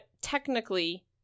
technically